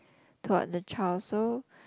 toward the child so